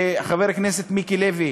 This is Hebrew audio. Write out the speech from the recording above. של חבר הכנסת מיקי לוי,